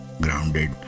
grounded